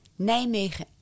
Nijmegen